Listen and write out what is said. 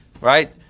right